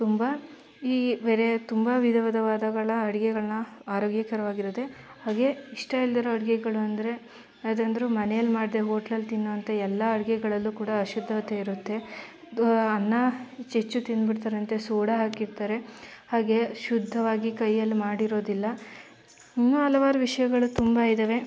ತುಂಬ ಈ ವೆರೈ ತುಂಬ ವಿಧವಿಧವಾದಗಳ ಅಡುಗೆಗಳ್ನ ಆರೋಗ್ಯಕರವಾಗಿರತ್ತೆ ಹಾಗೆ ಇಷ್ಟ ಇಲ್ಲದೇ ಇರೋ ಅಡುಗೆಗಳು ಅಂದರೆ ಅದಂದ್ರು ಮನೆಯಲ್ಲಿ ಮಾಡದೆ ಹೋಟ್ಲಲ್ಲಿ ತಿನ್ನುವಂಥ ಎಲ್ಲ ಅಡುಗೆಗಳಲ್ಲೂ ಕೂಡ ಅಶುದ್ಧತೆ ಇರುತ್ತೆ ದ್ವ ಅನ್ನ ಹೆಚ್ಚು ಹೆಚ್ಚು ತಿಂದ್ಬಿಡ್ತಾರೆ ಅಂತ ಸೋಡಾ ಹಾಕಿರ್ತಾರೆ ಹಾಗೆ ಶುದ್ಧವಾಗಿ ಕೈಯ್ಯಲ್ಲಿ ಮಾಡಿರೋದಿಲ್ಲ ಇನ್ನೂ ಹಲವಾರು ವಿಷಯಗಳು ತುಂಬ ಇದ್ದಾವೆ